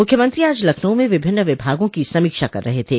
मुख्यमंत्री आज लखनऊ में विभिन्न विभागों की समीक्षा कर रहे थे